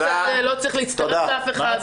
צריך להצטרף לאף אחד.